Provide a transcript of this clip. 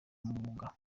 mwuga